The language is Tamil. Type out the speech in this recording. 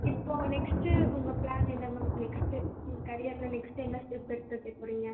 இப்போது நெக்ஸ்ட்டு உங்கள் ப்ளான் என்ன மேம் நெக்ஸ்ட்டு உங்கள் கரியர்ல நெக்ஸ்ட்டு என்ன ஸ்டெப் எடுத்துவைக்க போகிறிங்க